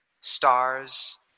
stars